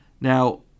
Now